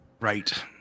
Right